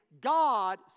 God